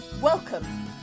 welcome